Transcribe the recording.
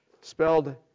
spelled